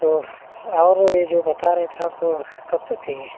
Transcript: तो और ये जो बता रहे थे आप कब तक चाहिए